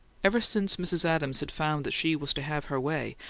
ever since mrs. adams had found that she was to have her way,